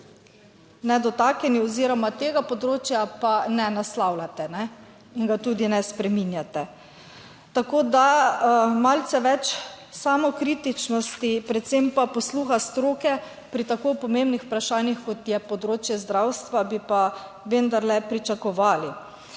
nedotaknjeni oziroma tega področja pa ne naslavljate, ne, in ga tudi ne spreminjate. Tako da malce več samokritičnosti, predvsem pa posluha stroke pri tako pomembnih vprašanjih kot je področje zdravstva bi pa vendarle pričakovali.